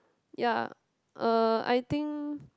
ya uh I think